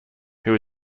who